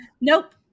Nope